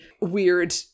weird